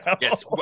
Yes